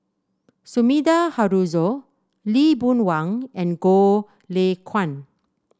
Sumida Haruzo Lee Boon Wang and Goh Lay Kuan